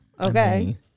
Okay